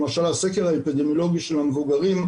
למשל הסקר האפידמיולוגי של המבוגרים,